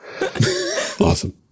awesome